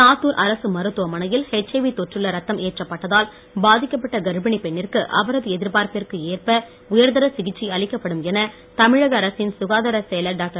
சாத்தூர் அரசு மருத்துவமனையில் எச்ஐவி தொற்றுள்ள இரத்தம் ஏற்றப்பட்டதால் பாதிக்கப்பட்ட கர்பிணி பெண்ணிற்கு அவரது எதிர்பார்ப்பிற்கு ஏற்ப உயர்தர சிகிச்சை அளிக்கப்படும் என தமிழக அரசின் சுகாதார செயலர் டாக்டர்